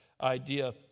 idea